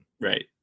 Right